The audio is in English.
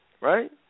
right